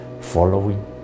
following